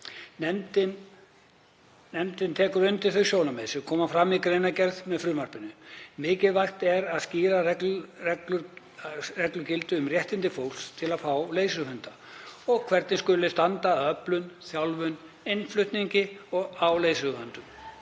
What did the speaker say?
Nefndin tekur undir þau sjónarmið sem koma fram í greinargerð með frumvarpinu. Mikilvægt er að skýrar reglur gildi um réttindi fólks til að fá leiðsöguhunda og hvernig skuli standa að öflun, þjálfun og innflutningi á leiðsöguhundum.